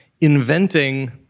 inventing